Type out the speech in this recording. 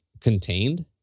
contained